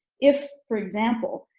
if for example,